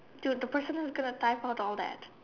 dude the person is gonna type out all that